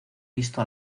visto